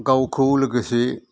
गावखौ लोगोसे